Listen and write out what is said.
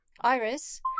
Iris